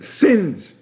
sins